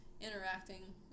interacting